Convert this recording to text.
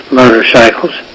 motorcycles